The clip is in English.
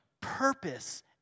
purpose